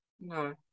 No